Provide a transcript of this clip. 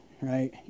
right